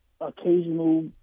occasional